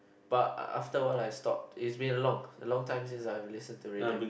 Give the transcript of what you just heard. but after a while I stop it's been a long a long time since I've listen to radio